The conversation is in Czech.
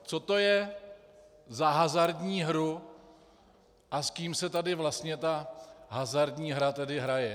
Co to je za hazardní hru a s kým se tady vlastně ta hazardní hra tady hraje?